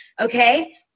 Okay